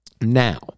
Now